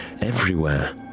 everywhere